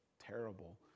terrible